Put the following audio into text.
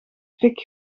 fik